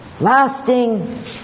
lasting